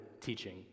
teaching